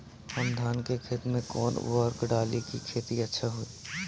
हम धान के खेत में कवन उर्वरक डाली कि खेती अच्छा होई?